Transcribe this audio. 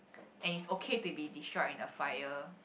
and it's okay to be destroyed in the fire